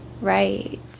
Right